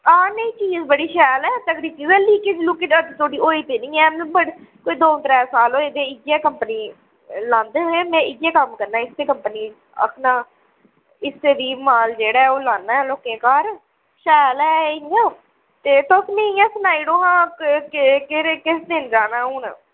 हां नेईं चीज़ बड़ी शैल ऐ तगड़ी चीज़ ऐ लीकेज लुकेज अजें धोड़ी होई ते नेईं ऐ ते में बड़े कोई द'ऊं त्रै साल होए दे इ'यै कंपनी लांदे हे में इ'यै कम्म करना इस्सै कंपनी दी आखना इस्सै दा माल जेह्ड़ा ओह् लान्ना ऐं लोकें दे घर शैल ऐ एह् इ'यां ते तुस मिगी इ'यां सनाई ओड़ोआं क क के किस दिन जाना हून